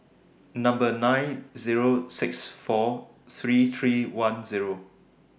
Number nine Zero six four three three one Zero